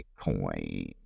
Bitcoin